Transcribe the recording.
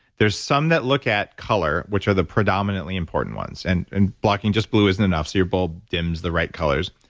there's some that look at color, which are the predominantly important ones and and blocking just blue isn't enough so your bulb dims the right colors.